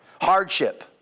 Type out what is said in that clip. hardship